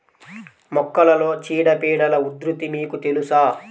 మొక్కలలో చీడపీడల ఉధృతి మీకు తెలుసా?